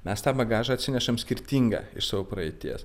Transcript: mes tą bagažą atsinešam skirtingą iš savo praeities